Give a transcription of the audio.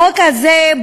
החוק הזה,